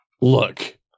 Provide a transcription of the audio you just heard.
Look